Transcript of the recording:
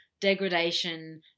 degradation